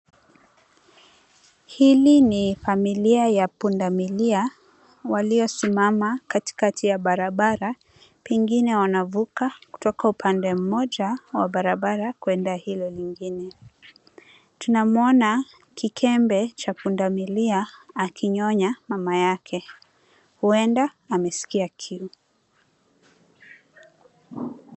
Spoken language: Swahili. Hili ni familia ya pundamilia waliosimama katikati ya barabara, pengine wanavuka kutoka upande mmoja wa barabara kuenda hilo lingine. Tunamwona kikembe cha pundamilia akinyonya mama yake, huenda amesikia kiu.